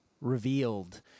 revealed